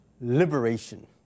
Liberation